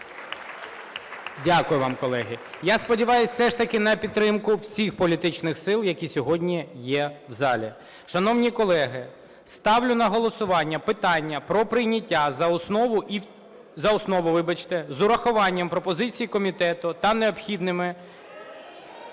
Дякую вам, колеги. Я сподіваюся все ж таки на підтримку всіх політичних сил, які сьогодні є в залі. Шановні колеги, ставлю на голосування питання про прийняття за основу з урахуванням пропозицій комітету та необхідними…